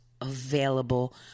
available